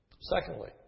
Secondly